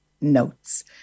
notes